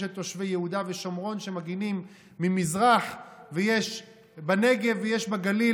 יש תושבי יהודה ושומרון שמגינים ממזרח ויש בנגב ויש בגליל.